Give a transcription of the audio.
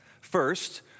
First